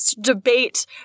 debate